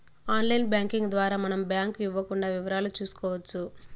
online banking ద్వారా మనం bank ఇవ్వకుండా వివరాలు చూసుకోవచ్చు